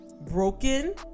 broken